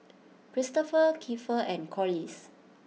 Christoper Keifer and Corliss